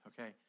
Okay